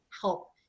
help